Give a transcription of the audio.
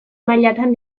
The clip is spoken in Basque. mailatan